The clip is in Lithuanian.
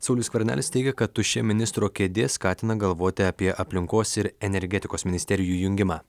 saulius skvernelis teigia kad tuščią ministro kėdė skatina galvoti apie aplinkos ir energetikos ministerijų jungimą